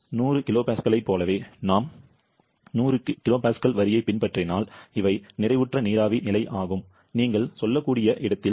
100 kPa ஐப் போலவே நாம் 100 kPa வரியைப் பின்பற்றினால் இவை நிறைவுற்ற நீராவி நிலை நீங்கள் சொல்லக்கூடிய இடத்தில் 1